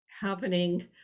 happening